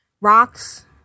rocks